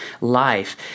life